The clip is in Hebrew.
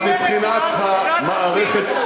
אבל מבחינת המערכת,